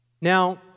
Now